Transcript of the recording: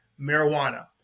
marijuana